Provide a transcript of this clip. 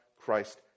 Christ